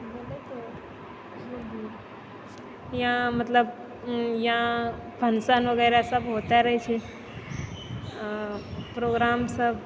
यहाँ फंक्शन वगैरह सब होइत रहै छै प्रोग्राम सब